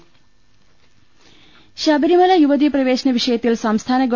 ൾ ൽ ൾ ശബരിമല യുവതീ പ്രവേശന വിഷയത്തിൽ സംസ്ഥാന ഗവ